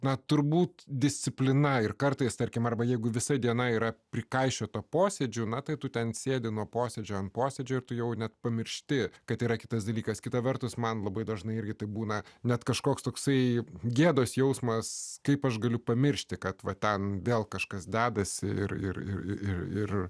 na turbūt disciplina ir kartais tarkim arba jeigu visa diena yra prikaišiota posėdžių na tai tu ten sėdi nuo posėdžio posėdžio ir tu jau net pamiršti kad yra kitas dalykas kita vertus man labai dažnai irgi taip būna net kažkoks toksai gėdos jausmas kaip aš galiu pamiršti kad va ten vėl kažkas dedasi ir ir ir